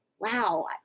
wow